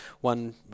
one